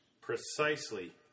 Precisely